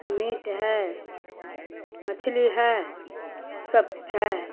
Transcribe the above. meet है मछली है सब कुछ है